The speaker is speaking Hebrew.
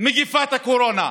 מגפת הקורונה.